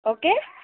okay